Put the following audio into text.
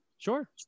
Sure